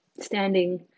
standing